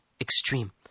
extreme